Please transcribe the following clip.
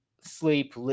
sleep